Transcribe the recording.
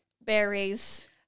berries